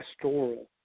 pastoral